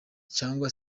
cyangwa